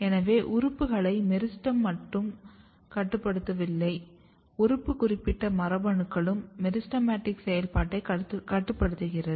எனவே உறுப்புகளை மெரிஸ்டெம் மட்டும் கட்டுப்படுத்துவதில்லை உறுப்பு குறிப்பிட்ட மரபணுக்களும் மெரிஸ்டெமடிக் செயல்பாட்டை கட்டுப்படுத்துகிறது